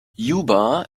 juba